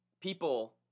people